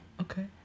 Okay